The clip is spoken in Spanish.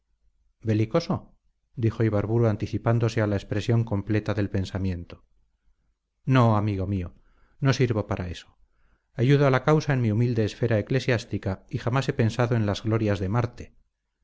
belicoso dijo ibarburu anticipándose a la expresión completa del pensamiento no amigo mío no sirvo para eso ayudo a la causa en mi humilde esfera eclesiástica y jamás he pensado en las glorias de marte